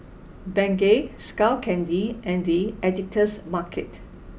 Bengay Skull Candy and The Editor's Market